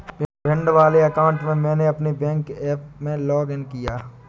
भिंड वाले अकाउंट से मैंने अपने बैंक ऐप में लॉग इन किया